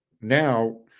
now